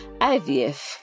ivf